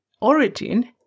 origin